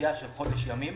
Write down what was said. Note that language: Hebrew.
לדחייה של חודש ימים